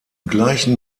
gleichen